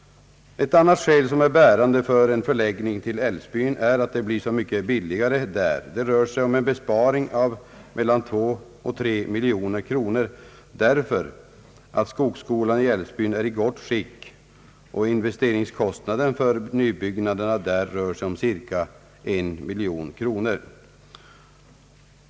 Ett annat skäl som är bärande för en förläggning av skogsinstitutet till Älvsbyn är att det blir så mycket billigare där. Det rör sig om en besparing av mellan 2 och 3 miljoner kronor. Skogsskolan i Älvsbyn är nämligen i gott skick, och investeringskostnaden för nybyggnader där rör sig om cirka 1 miljon kronor.